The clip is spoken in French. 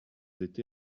été